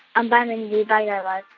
um bye, mindy. bye, guy raz.